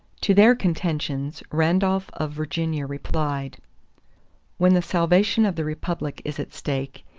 to their contentions, randolph of virginia replied when the salvation of the republic is at stake,